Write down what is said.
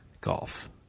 Golf